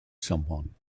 someone